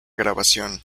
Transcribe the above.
grabación